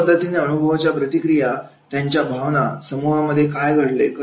अशा पद्धतीने अनुभवाच्या प्रतिक्रिया त्यांच्या भावना समूहांमध्ये काय घडले